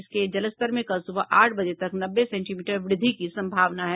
इसके जलस्तर में कल सुबह आठ बजे तक नब्बे सेंटीमीटर वृद्धि की संभावना है